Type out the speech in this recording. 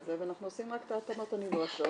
הזה ואנחנו עושים רק את ההתאמות הנדרשות.